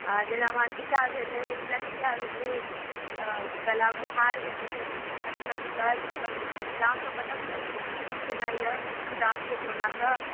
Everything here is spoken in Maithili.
जेना मङ्गटीका भेलै नथिआ भेलै गलावला हार भेलै हथशङ्कर ईसब एकर कनि दामसब बतबिऔ कि कोना अइ कि दाम छै सोनाके